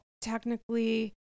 technically